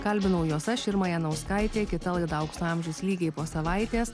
kalbinau juos aš irma janauskaitėkita laida aukso amžius lygiai po savaitės